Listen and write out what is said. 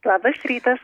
labas rytas